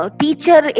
teacher